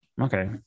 Okay